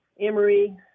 Emory